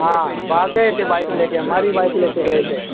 हाँ भाग गए थे बाइक लेकर हमारी बाइक लेकर गए थे